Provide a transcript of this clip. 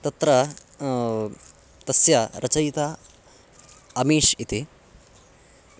तत्र तस्य रचयिता अमीश् इति